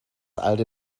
alte